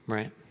Right